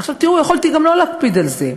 תראו, יכולתי גם לא להקפיד על זה.